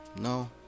No